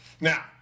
Now